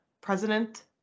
president